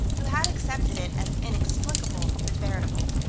who had accepted it as inexplicable but veritable.